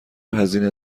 هزینه